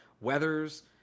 Weathers